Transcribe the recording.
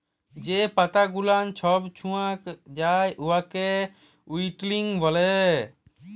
যে পাতা গুলাল ছব ছুকাঁয় যায় উয়াকে উইল্টিং ব্যলে